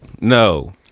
no